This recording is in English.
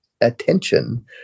attention